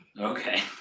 Okay